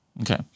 Okay